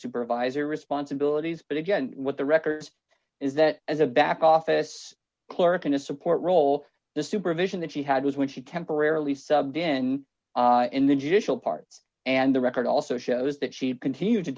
supervisor responsibilities but again with the records is that as a back office clerk in a support role the supervision that she had was when she temporarily subbed in in the judicial part and the record also shows that she continued to